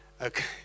Okay